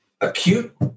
acute